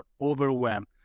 Overwhelmed